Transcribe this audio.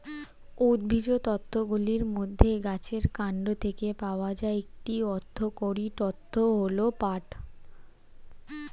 উদ্ভিজ্জ তন্তুগুলির মধ্যে গাছের কান্ড থেকে পাওয়া একটি অর্থকরী তন্তু হল পাট